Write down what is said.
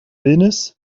illnesses